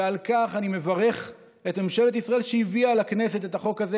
ועל כך אני מברך את ממשלת ישראל שהביאה לכנסת את החוק הזה,